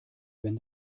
wenn